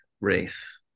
race